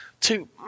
two